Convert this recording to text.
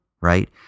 right